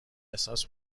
احساس